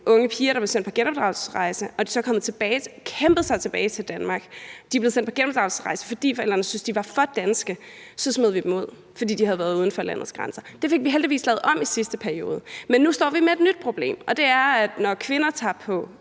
unge piger, der blev sendt på genopdragelsesrejse, fordi forældrene syntes, de var for danske, og når de så kom tilbage – havde kæmpet sig tilbage – til Danmark, så smed vi dem ud, fordi de havde været uden for landets grænser. Det fik vi heldigvis lavet om i sidste periode. Men nu står vi med et nyt problem, og det er, at når kvinder tager på